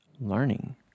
learning